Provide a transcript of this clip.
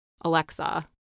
Alexa